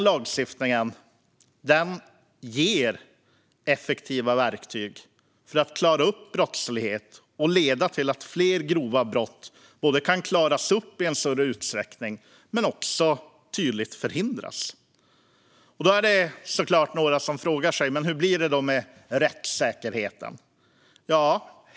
Lagstiftningen ger effektiva verktyg för att klara upp brottslighet och kommer att leda till att grova brott kan klaras upp i större utsträckning men också tydligt förhindras. Några frågar sig såklart hur det blir med rättssäkerheten.